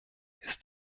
ist